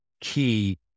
key